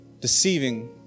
Deceiving